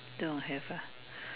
don't have ah